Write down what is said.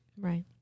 Right